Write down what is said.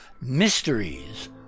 mysteries